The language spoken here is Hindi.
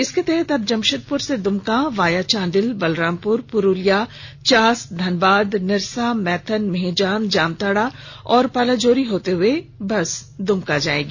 इसके तहत अब जमशेदपुर से दुमका भाया चांडिल बलरामपुर पुरूलिया चास धनबाद निरसा मैथन मिहिजाम जामताड़ा और पालाजोरी होते हुए बस दुमका जायेगी